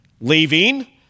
leaving